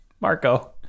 Marco